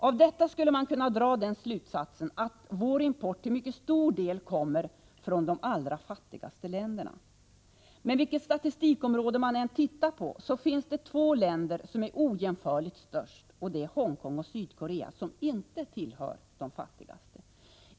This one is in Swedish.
Av detta skulle man kunna dra den slutsatsen att vår import till mycket stor del kommer från de allra fattigaste länderna. Men vilket statistikområde man än tittar på så finns det två länder som är ojämförligt störst —- Hongkong och Sydkorea — och de tillhör inte de fattigaste.